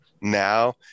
now